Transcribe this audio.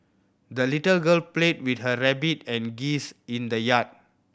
the little girl played with her rabbit and geese in the yard